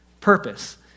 purpose